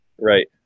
Right